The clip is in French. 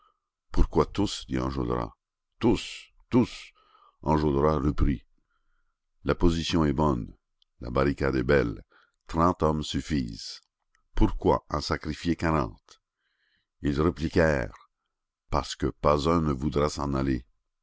pourquoi tous dit enjolras tous tous enjolras reprit la position est bonne la barricade est belle trente hommes suffisent pourquoi en sacrifier quarante ils répliquèrent parce que pas un ne voudra s'en aller